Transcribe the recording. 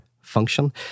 function